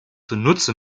zunutze